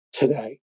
today